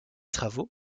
travaux